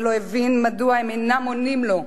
ולא הבין מדוע הם אינם עונים לו,